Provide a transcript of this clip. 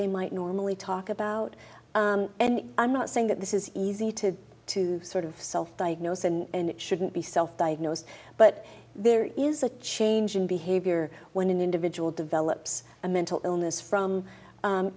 they might normally talk about and i'm not saying that this is easy to to sort of self diagnose and it shouldn't be self diagnosed but there is a change in behavior when an individual develops a mental illness from